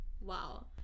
wow